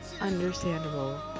Understandable